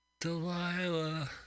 Delilah